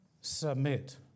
Submit